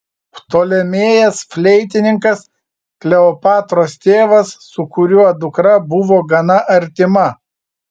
ptolemėjas fleitininkas kleopatros tėvas su kuriuo dukra buvo gana artima